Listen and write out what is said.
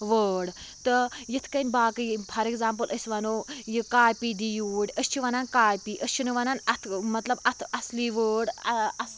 وٲڈ تہٕ یِتھٕ کٔنۍ باقٕے فار ایٚگزامپٕل أسۍ وَنو یہِ کاپی دِ یوٗرۍ أسۍ چھِ وَنان کاپی أسۍ چھِ نہٕ وَنان اَتھ مَطلَب اتھ اصلی وٲڈ